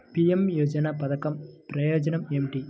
PM యోజన పధకం ప్రయోజనం ఏమితి?